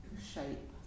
shape